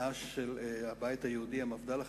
הסיעה של הבית היהודי, המפד"ל החדשה,